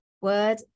word